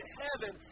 heaven